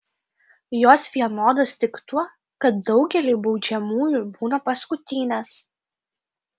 jos vienodos tik tuo kad daugeliui baudžiamųjų būna paskutinės